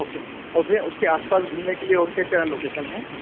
okay और भैया उसके आस पास घूमने के लिए एक और क्या क्या अ लोकेसन है